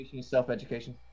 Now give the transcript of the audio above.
self-education